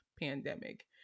pandemic